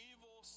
Evil